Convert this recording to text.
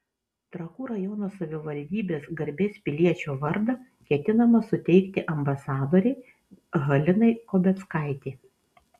trakų rajono savivaldybės garbės piliečio vardą ketinama suteikti ambasadorei halinai kobeckaitei